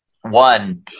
One